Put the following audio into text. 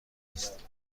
است